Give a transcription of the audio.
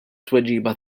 tweġiba